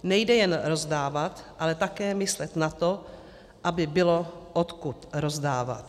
Nejde jen rozdávat, ale také myslet na to, aby bylo odkud rozdávat.